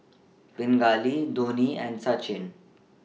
Pingali Dhoni and Sachin